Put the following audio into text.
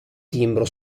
timbro